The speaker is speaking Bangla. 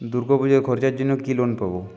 দূর্গাপুজোর খরচার জন্য কি লোন পাব?